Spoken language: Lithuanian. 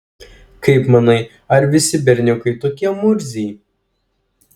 kaip manai ar visi berniukai tokie murziai